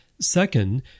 Second